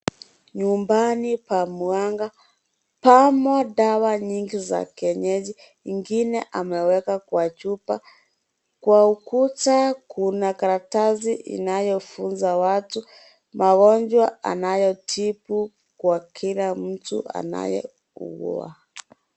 Nyumbani pa mwanga ,pamo dawa nyingi za kienyeji zingine ameweka Kwa chupa . Kwa ukuta kuna karatasi inayofunza watu magonjwa yanayotibu Kwa kila mtu anayeugua.